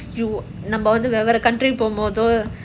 because you நம்ம வந்து வேற:namma vandhu vera country போகும்போது:pogumpothu